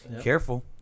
Careful